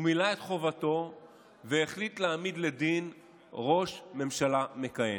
הוא מילא את חובתו והחליט להעמיד לדין ראש ממשלה מכהן.